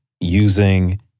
using